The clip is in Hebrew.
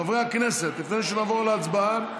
חברי הכנסת, לפני שנעבור להצבעה,